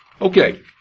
Okay